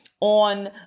on